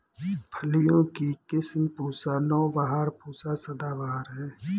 फलियों की किस्म पूसा नौबहार, पूसा सदाबहार है